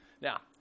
Now